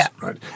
right